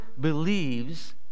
believes